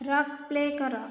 rock play କର